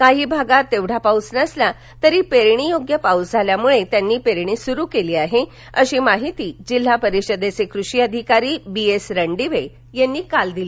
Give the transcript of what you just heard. कांही भागात तेवढा नसला तरी पेरणी योग्य पाउस झाल्यामुळे त्यांनी पेरणी सुरु केली आहे अशी माहिती जिल्हा परिषदेचे कृषी अधिकारी बी एस रणदिवे यांनी काल दिली